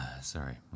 Sorry